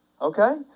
okay